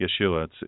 Yeshua